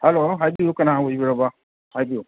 hello ꯍꯥꯏꯕꯤꯎ ꯀꯅꯥ ꯑꯣꯏꯕꯤꯔꯕ ꯍꯥꯏꯕꯤꯎ